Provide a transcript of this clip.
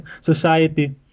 society